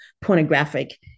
pornographic